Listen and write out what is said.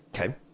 Okay